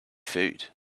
food